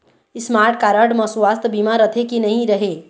Smart card म सुवास्थ बीमा रथे की नई रहे?